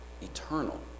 eternal